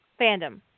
fandom